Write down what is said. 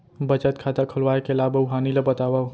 बचत खाता खोलवाय के लाभ अऊ हानि ला बतावव?